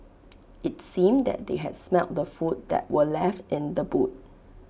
IT seemed that they had smelt the food that were left in the boot